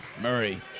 Murray